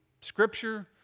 scripture